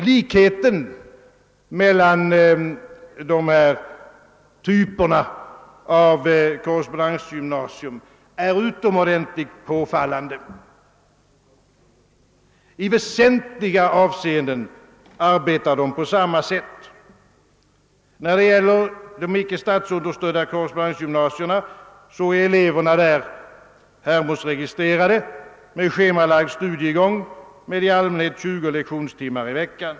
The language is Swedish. Likheten mellan dessa typer av korrespondensgymnasier är utomordentligt påfallande. I väsentliga avseenden ar 204 Nr 28 Förbättrat studiestöd m.m. betar de på samma sätt. Vid de icke statsunderstödda korrespondensgymnasierna är eleverna Hermodsregistrerade med schemalagd studiegång och med i allmänhet 20 lektionstimmar i veckan.